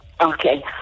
Okay